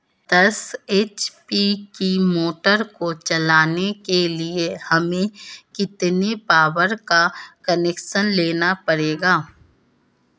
दस एच.पी की मोटर को चलाने के लिए हमें कितने पावर का कनेक्शन लेना पड़ेगा?